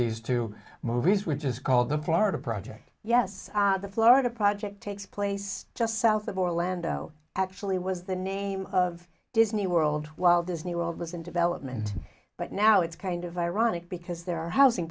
these two movies which is called the florida project yes the florida project takes place just south of orlando actually was the name of disney world while disney world was in development but now it's kind of ironic because there are housing